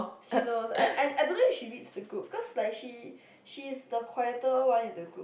she knows I I I don't know if she reads the group because like she she is the quieter one in the group